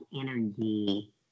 energy